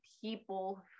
people